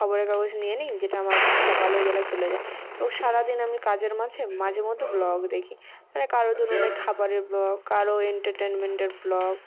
খবরের কাগজ নিয়ে নিই যেটা আমার সকালবেলা চলে যায় এবং সারাদিন আমি কাজের মাঝে মাঝেমধ্যে ব্লগ দেখি মানে কারুর ধরুন ওই খাবারের ব্লগ কারুর এন্টারটেনমেন্টের ব্লগ